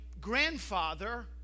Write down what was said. grandfather